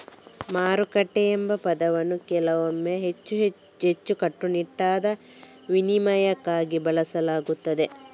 ಮಾರುಕಟ್ಟೆ ಎಂಬ ಪದವನ್ನು ಕೆಲವೊಮ್ಮೆ ಹೆಚ್ಚು ಕಟ್ಟುನಿಟ್ಟಾದ ವಿನಿಮಯಕ್ಕಾಗಿ ಬಳಸಲಾಗುತ್ತದೆ